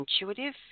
intuitive